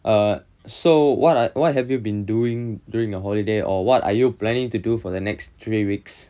err so what are what have you been doing during your holiday or what are you planning to do for the next three weeks